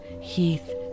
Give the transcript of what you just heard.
heath